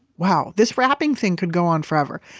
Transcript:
wow. this wrapping thing could go on forever.